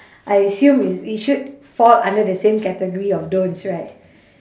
I assume is it should fall under the same category of don'ts right